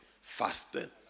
fasting